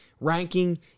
ranking